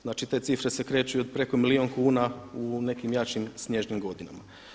Znači te cifre se kreću i od preko milijun kuna u nekim jačim snježnim godinama.